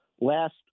last